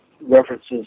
references